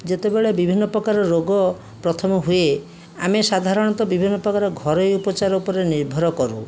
ଯେତେବେଳେ ବିଭିନ୍ନ ପ୍ରକାର ରୋଗ ପ୍ରଥମେ ହୁଏ ଆମେ ସାଧାରଣତଃ ବିଭିନ୍ନ ପ୍ରକାର ଘରୋଇ ଉପଚାର ଉପରେ ନିର୍ଭର କରୁ